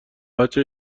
وجه